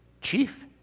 chief